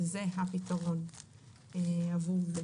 וזה הפתרון עבור זה.